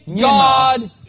God